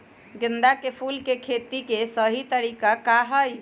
गेंदा के फूल के खेती के सही तरीका का हाई?